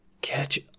catch